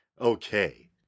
Okay